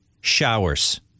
showers